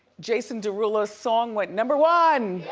jason derulo song went number one.